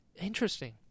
interesting